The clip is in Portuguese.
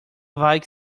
vai